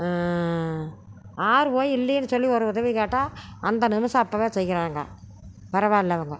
யாரு போய் இல்லைனு சொல்லி ஒரு உதவி கேட்டால் அந்த நிமிடம் அப்போவே செய்கிறாங்க பரவாயில்ல அவங்க